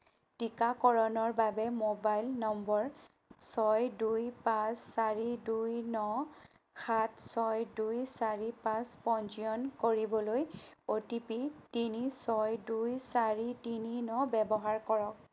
টীকাকৰণৰ বাবে মোবাইল নম্বৰ ছয় দুই পাঁচ চাৰি দুই ন সাত ছয় দুই চাৰি পাঁচ পঞ্জীয়ন কৰিবলৈ অ' টি পি তিনি ছয় দুই চাৰি তিনি ন ব্যৱহাৰ কৰক